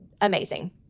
amazing